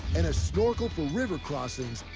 and a snorkel for river crossings,